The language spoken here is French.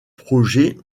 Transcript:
projet